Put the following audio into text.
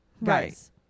Right